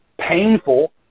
painful